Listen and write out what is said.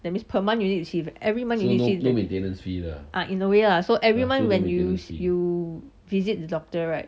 that means per month you need to see if every month you need to see if ah in a way lah so every month when you you visit the doctor right